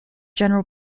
general